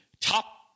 top